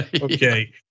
Okay